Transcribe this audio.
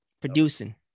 producing